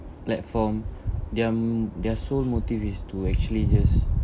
platform their mm their sole motive is to actually just